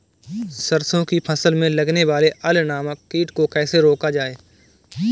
सरसों की फसल में लगने वाले अल नामक कीट को कैसे रोका जाए?